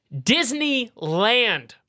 Disneyland